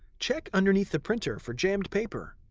check underneath the printer for jammed paper.